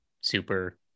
super